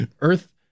Earth